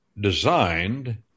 designed